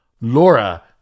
Laura